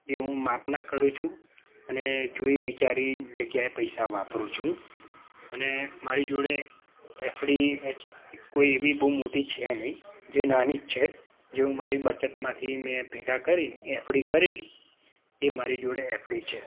એ હું માપના કરું છું અને જોઈ વિચારીને જગ્યાએ પૈસા વાપરું છું અને મારી જોડે એફડી એચ કોઈ એવી બહુ મોટી છે નહીં જે નાની જ છે જે હું મારી બચતમાંથી મેં ભેગા કરી એફડી કરેલી એ મારી જોડે એફડી છે